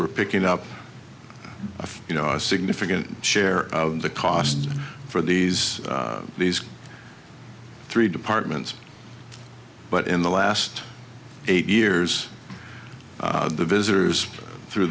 were picking up you know a significant share of the cost for these these three departments but in the last eight years the visitors through